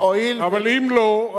אבל אם לא,